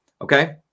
Okay